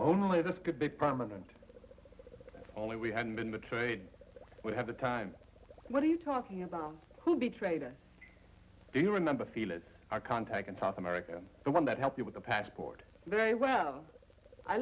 only this could be permanent only we hadn't been betrayed we have the time what are you talking about who betrayed us do you remember feel it's our contact in south america the one that help you with a passport very well i